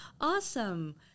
Awesome